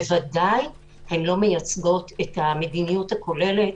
ודאי אינן מייצגות את המדיניות הכוללת.